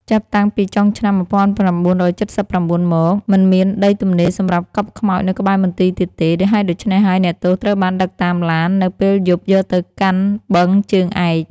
ចាប់តាំងពី ចុងឆ្នាំ១៩៧៦មក មិនមានដីទំនេរសម្រាប់កប់ខ្មោចនៅក្បែរមន្ទីរទៀតទេ ហេតុដូច្នេះហើយអ្នកទោសត្រូវបានដឹកតាមឡាន នៅពេលយប់យកទៅកាន់បឹងជើងឯក ។